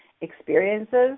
experiences